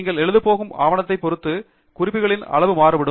நீங்கள் எழுத போகும் ஆவணத்தை பொறுத்து குறிப்புகளின் அளவு மாறுபடும்